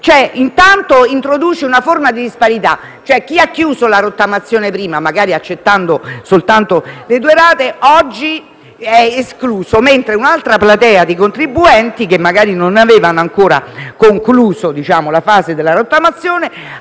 intanto introduce una forma di disparità, tale per cui chi ha chiuso la rottamazione prima, magari accettando soltanto le due rate, oggi è escluso; un'altra platea di contribuenti, invece, che magari non ha ancora concluso la fase della rottamazione